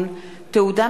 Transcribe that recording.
חקיקה),